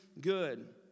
good